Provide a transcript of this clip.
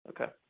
Okay